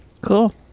cool